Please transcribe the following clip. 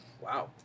Wow